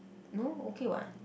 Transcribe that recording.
no okay [what]